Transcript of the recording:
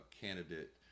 candidate